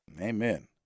Amen